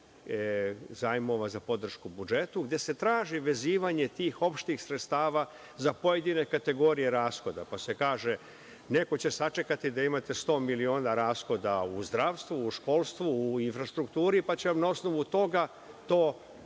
zajmova za podršku budžetu gde se traži vezivanje tih opštih sredstava za pojedine kategorije rashoda, pa se kaže neko će sačekati da imate 100 miliona rashoda u zdravstvu, u školstvu, u infrastrukturi pa će vam na osnovu toga to refundirati.